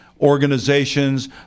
organizations